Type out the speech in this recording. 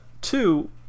two